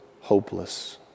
hopeless